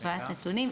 השוואת נתונים.